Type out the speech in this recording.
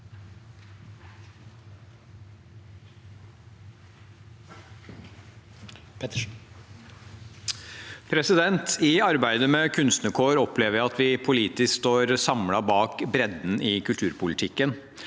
I arbeidet med kunstnerkår opplever jeg at vi politisk står samlet bak bredden i kulturpolitikken.